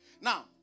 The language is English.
Now